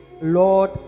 Lord